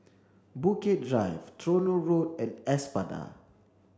Bukit Drive Tronoh Road and Espada